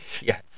Yes